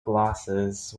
glosses